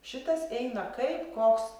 šitas eina kaip koks